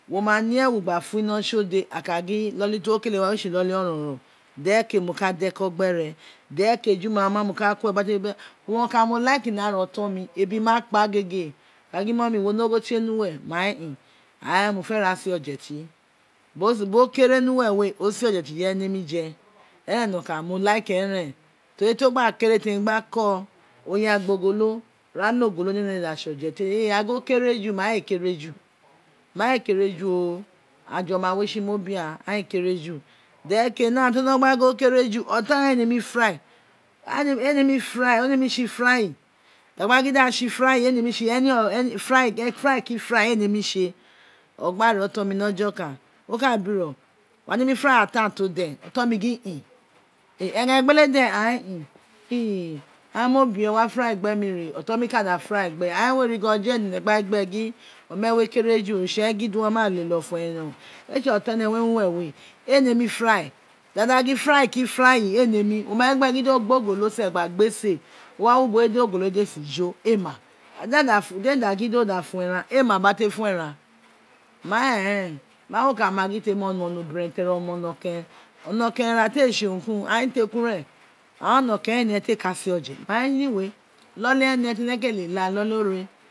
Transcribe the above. Wo ma ni ewu gba fun ino tsi ode aka gin iloli to wo kele wa ee tse iloli orounon dereke mo kaa deko agbe re dere ke ejo ma ma mo mo ka kue ba te be urun oka mo luke a ara oton mi ebi ma ka gege ku gi mummy wo ne ogho tse ni uwere mai in ain mo fe ra fe oje tie bokere mu were we o se o oje ti inege nemi je eghen mo like eghen temi to gba kere kere temi gba ka ko oya gba ogolo ra lo ogolo dene gba ogolo ra lo ogolo dene gba tse oje je e agin o kere ju ma ee kere fu mai ee kere ju o aghan ju oma we tsi mo bi gja aghan ei kere ju dereke now to mogbe gin o kere ju otonre ei neiomi fij aghan e nemi fry ta gba gin da tse frying ee frying tse o gba ri oton mi ni ojo okar o ka biro wo wai nemi fry atan to den oton mi gin in eeghen egbele de ain in airo mo bie wa fry gbe mi re oton mi kada fry gbe ain wee ri gin ojo eren tene gba ain wee ri gin ojo ereen tene gba gin gbere gin ojo eren tere gba gin gbere gin omewe kere ju oritse re gin di wo maaaa lele ofo ene o ee tse oton ene re wu uwere we ee nemi fry dadagin fry ee nemi wo ma mo gin gbe gin do gbe ogolo self gba gbe se owa wi ubowe di ogolo self gba gbe se o owa wi ubowe di ogolo we ee si jo ei ma de ema dene de mi da gin do fo eren ma dene demi da gin do fo era ee ma bin ate fo era ee ma bin ate fo era wai e main wo ka ma gin temi oma onoboren tere oma ono keren ono keren onokeren ra te tse urun ki urun ain tekun nen ain onogoing loli ene tene kele la loli ore